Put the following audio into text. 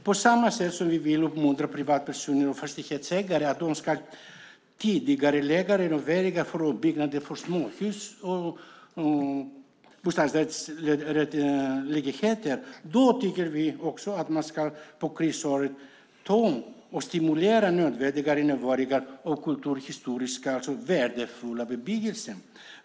På samma sätt som vi vill uppmuntra privatpersoner och fastighetsägare att tidigarelägga renoveringar och ombyggnationer av småhus och bostadsrätter vill vi stimulera nödvändiga renoveringar av kulturhistoriskt värdefulla byggnader.